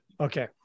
Okay